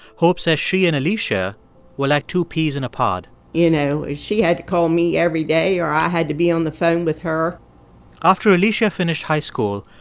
hope says she and alicia were like two peas in a pod you know, she had to call me every day, or i had to be on the phone with her after alicia finished high school,